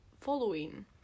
following